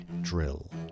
drill